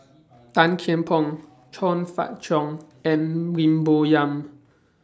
Tan Kian Por Chong Fah Cheong and Lim Bo Yam